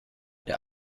der